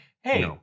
Hey